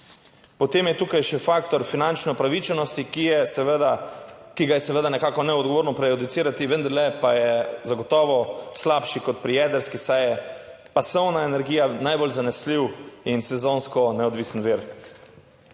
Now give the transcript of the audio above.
Potem je tukaj še faktor finančne upravičenosti, ki je seveda, ki ga je seveda nekako neodgovorno prejudicirati, vendarle pa je zagotovo slabši kot pri jedrski, saj je pasovna energija najbolj zanesljiv in sezonsko neodvisen vir.